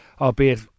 albeit